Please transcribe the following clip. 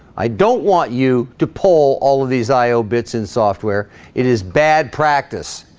i don't want you to pull all of these i o bits in software it is bad practice